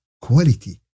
quality